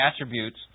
attributes